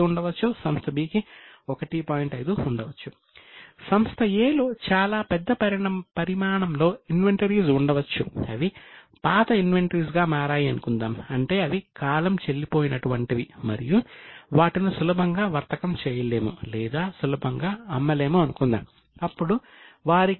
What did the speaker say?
5 ఉండవచ్చు సంస్థ B కి 1